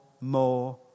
more